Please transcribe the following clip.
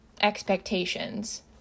expectations